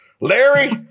Larry